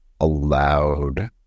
allowed